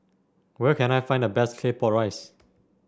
where can I find the best Claypot Rice